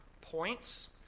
points